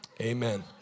amen